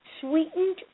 sweetened